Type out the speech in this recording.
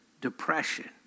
depression